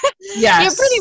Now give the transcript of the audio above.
Yes